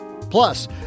Plus